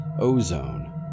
ozone